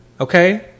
okay